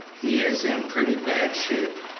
he is in pretty bad shape,